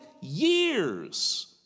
years